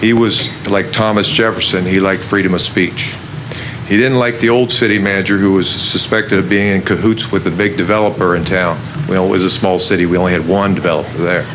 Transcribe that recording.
he was like thomas jefferson he liked freedom of speech he didn't like the old city manager who was suspected of being cahoots with the big developer in town well it was a small city we only had one developer the